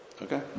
Okay